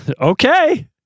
Okay